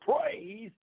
praise